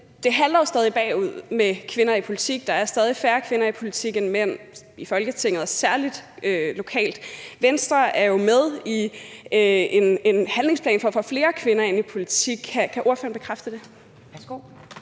det halter jo stadig bagud med kvinder i politik; der er stadig færre kvinder end mænd i politik, også i Folketinget, og særlig lokalt. Venstre er jo med i en handlingsplan for at få flere kvinder ind i politik – kan ordføreren bekræfte det?